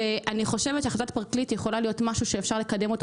אני חושבת שהחלטת פרקליט יכולה להיות דבר שאפשר לקדם אותו